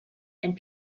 and